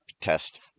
test